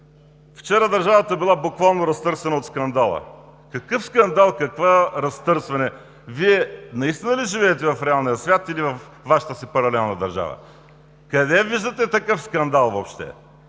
Вчера държавата била буквално разтърсена от скандала. Какъв скандал!? Какво разтърсване!? Вие, наистина ли живеете в реалния свят или във Вашата си паралелна държава? Къде виждате такъв скандал въобще?